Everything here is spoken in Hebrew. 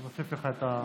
אני מוסיף לך את הזמן.